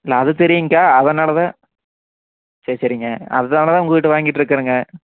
இல்லை அது தெரியுங்கக்கா அதனால் தான் சரி சரிங்க அதனால தான் உங்கள் கிட்ட வாங்கிகிட்டு இருக்குறேங்க